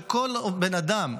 וכל בן אדם,